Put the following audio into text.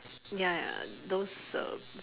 ya those um